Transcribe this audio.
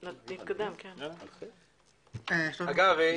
אגב,